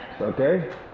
Okay